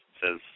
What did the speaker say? says